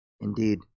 indeed